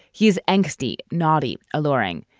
he is angsty, naughty, alluring.